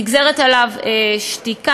נגזרת עליו שתיקה.